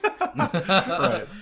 Right